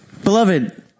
Beloved